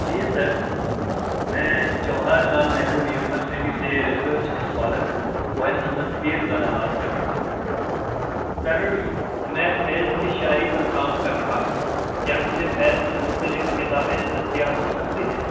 جی sir میں Jawahar Lal Nehru university سے research scholar Owais Ahmad Pirzada بات کر رہا ہوں سر میں فیض کی شاعری پر کام کر رہا ہوں کیا مجھے فیض سے متعلق کتابیں دستیاب ہو سکتی ہیں